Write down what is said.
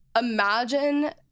imagine